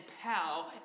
pal